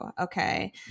okay